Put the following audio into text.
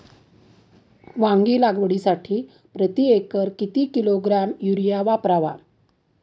वांगी लागवडीसाठी प्रती एकर किती किलोग्रॅम युरिया वापरावा?